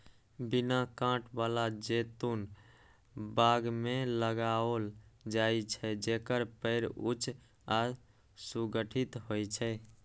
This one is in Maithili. बिना कांट बला जैतून बाग मे लगाओल जाइ छै, जेकर पेड़ ऊंच आ सुगठित होइ छै